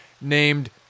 named